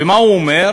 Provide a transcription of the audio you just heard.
ומה הוא אומר?